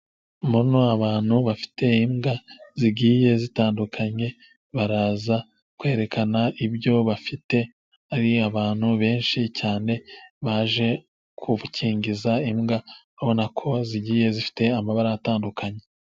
Mbona abantu bafite imbwa zigiye zitandukanye baraza kwerekana ibyo bafite, ari abantu benshi cyane baje gukingiza imbwa babona ko zigiye zifite amabara atandukanye.